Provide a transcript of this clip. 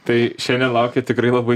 tai šiandien laukia tikrai labai